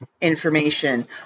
information